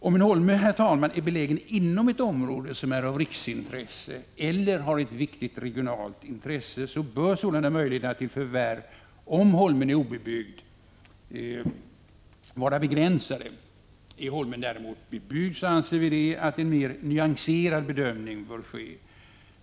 Om en holme är belägen inom ett område som är av riksintresse eller har ett viktigt regionalt intresse bör sålunda möjligheterna till förvärv, om holmen är obebyggd, vara begränsade. Är holmen däremot bebyggd, anser vi att en mer nyanserad bedömning bör ske.